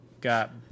got